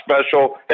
special